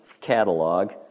catalog